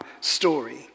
story